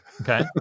Okay